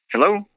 Hello